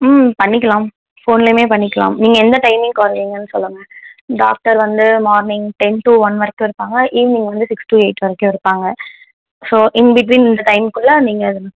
ம் பண்ணிக்கிலாம் ஃபோன்லயுமே பண்ணிக்கலாம் நீங்கள் எந்த டைம்மிங்கு வருவீங்கன்னு சொல்லுங்கள் டாக்டர் வந்து மார்னிங் டென் டூ ஒன் வரைக்கும் இருப்பாங்க ஈவினிங் வந்து சிக்ஸ் டூ எயிட் வரைக்கும் இருப்பாங்க ஸோ இன் பிட்வீன் இந்த டைம்குள்ள நீங்கள் அது